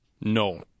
no